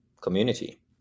community